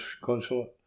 consulate